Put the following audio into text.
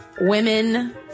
Women